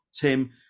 Tim